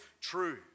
true